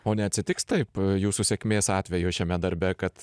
o neatsitiks taip jūsų sėkmės atveju šiame darbe kad